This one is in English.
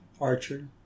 Archer